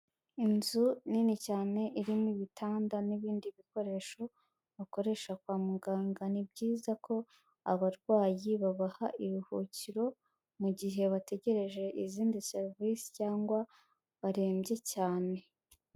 Inzu nini cyane irimo ibitanda n'ibindi bikoresho bakoresha kwa muganga ni byiza ko abarwayi babaha iruhukiro mu gihe bategereje izindi serivisi cyangwa barembye cyane.